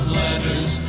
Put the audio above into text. letters